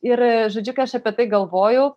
ir žodžiu kai aš apie tai galvojau